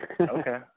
Okay